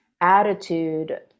attitude